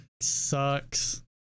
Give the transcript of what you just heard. sucks